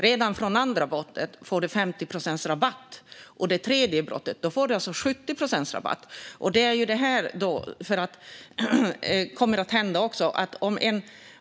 Redan för det andra brottet får man dock 50 procents rabatt, och för det tredje brottet får man 70 procents rabatt.